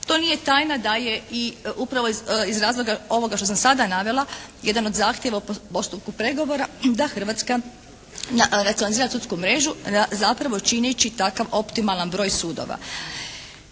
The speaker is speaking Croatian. To nije tajna da je i upravo iz razloga ovoga što sam sada navela jedan od zahtjeva u postupku pregovora da Hrvatska racionalizira sudsku mrežu zapravo čineći takav optimalan broj sudova.